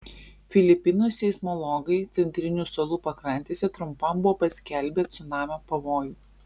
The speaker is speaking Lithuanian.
filipinų seismologai centrinių salų pakrantėse trumpam buvo paskelbę cunamio pavojų